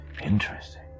interesting